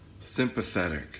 sympathetic